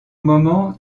moment